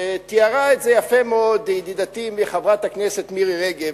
ותיארה את זה יפה מאוד ידידתי חברת הכנסת מירי רגב,